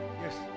Yes